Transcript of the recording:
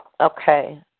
Okay